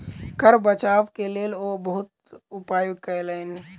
कर बचाव के लेल ओ बहुत उपाय कयलैन